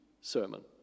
sermon